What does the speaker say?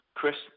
Chris